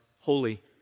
holy